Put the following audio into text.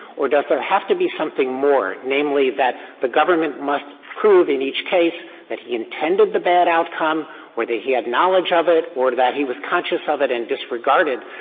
or does there have to be something more, namely that the government must prove in each case that he intended the bad outcome or that he had knowledge of it or that he was conscious of it and disregarded?